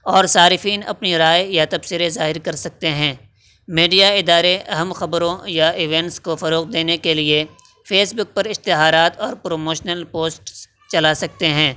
اور صارفین اپنی رائے یا تبصرے ظاہر کر سکتے ہیں میڈیا ادارے اہم خبروں یا ایونٹس کو فروغ دینے کے لیے فیس بک پر اشتہارات اور پروموشنل پوسٹ چلا سکتے ہیں